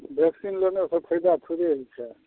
vaccine लेने से फैदा थोड़ी होइ छै